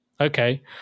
Okay